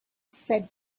said